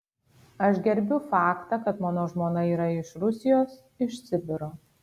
aš gerbiu faktą kad mano žmona yra iš rusijos iš sibiro